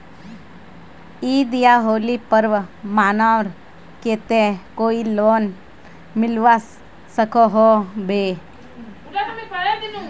ईद या होली पर्व मनवार केते कोई लोन मिलवा सकोहो होबे?